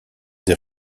des